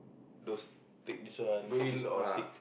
those take this one take this one all sick